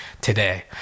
today